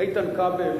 איתן כבל: